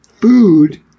food